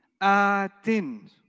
a-tin